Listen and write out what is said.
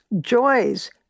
joys